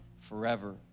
forever